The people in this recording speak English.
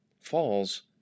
falls